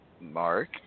Mark